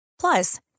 Plus